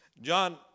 John